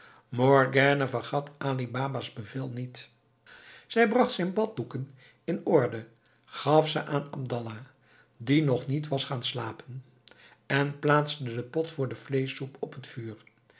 morgiane vergat ali baba's bevel niet zij bracht zijn baddoeken in orde gaf ze aan abdallah die nog niet was gaan slapen en plaatste den pot voor de vleeschsoep op het vuur